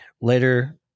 later